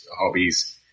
hobbies